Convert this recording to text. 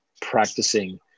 practicing